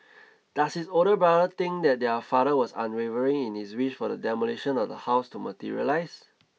does his older brother think that their father was unwavering in his wish for the demolition of the house to materialise